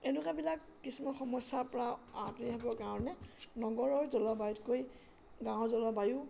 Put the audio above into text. এনেকুৱাবিলাক কিছুমান সমস্যাৰ পৰা আঁতৰি আহিবৰ কাৰণে নগৰৰ জলবায়ুতকৈ গাঁৱৰ জলবায়ু